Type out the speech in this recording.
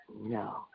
No